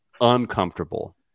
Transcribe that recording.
uncomfortable